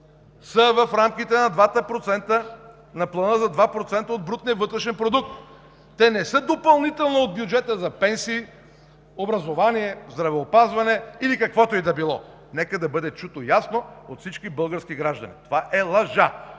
са в рамките на плана за 2% от брутния вътрешен продукт. Те не са допълнително от бюджета за пенсии, образование, здравеопазване или каквото и да било. Нека да бъде чуто ясно от всички български граждани – това е лъжа!